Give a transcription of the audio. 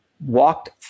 walked